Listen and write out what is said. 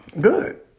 Good